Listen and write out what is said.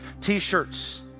t-shirts